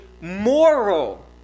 moral